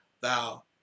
thou